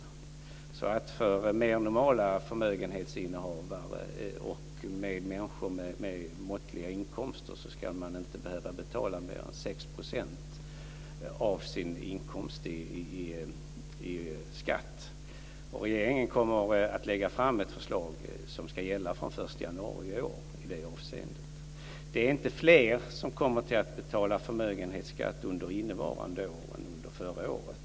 Innehavare av mer normala förmögenheter och människor med måttliga inkomster ska inte behöva betala mer än 6 % av sin inkomst i skatt. Regeringen kommer att lägga fram ett förslag som ska gälla från den 1 januari i år i det avseendet. Det är inte fler som kommer att betala förmögenhetsskatt under innevarande år än under förra året.